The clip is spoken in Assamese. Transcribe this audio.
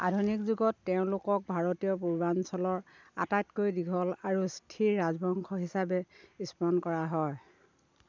আধুনিক যুগত তেওঁলোকক ভাৰতীয় পূৰ্বাঞ্চলৰ আটাইতকৈ দীঘল আৰু স্থিৰ ৰাজবংশ হিচাপে স্মৰণ কৰা হয়